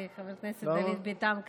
חבר הכנסת דוד ביטן,